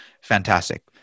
Fantastic